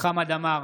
חמד עמאר,